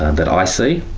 and that i see,